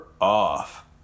off